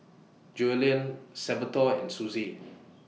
Joellen Salvatore and Suzie